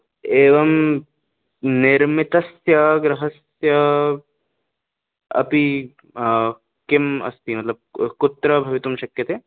एवं निर्मितस्य गृहस्य अपि किं अस्ति मतलब् कुत्र भवितुं शक्यते